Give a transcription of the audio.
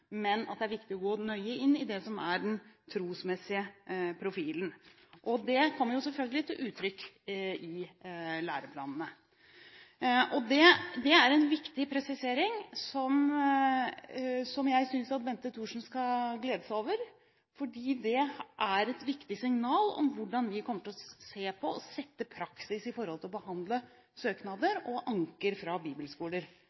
men at det er viktig å gå nøye inn i det som er den trosmessige profilen. Det kommer selvfølgelig til uttrykk i læreplanene. Det er en viktig presisering, som jeg synes at Bente Thorsen skal glede seg over, fordi det er et viktig signal om hvordan vi kommer til å se på og sette praksis med hensyn til å behandle